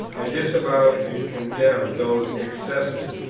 i disavowed and condemned those excesses,